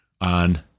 on